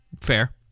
fair